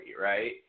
right